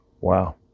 Wow